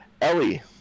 ellie